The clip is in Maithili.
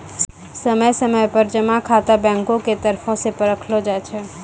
समय समय पर जमा खाता बैंको के तरफो से परखलो जाय छै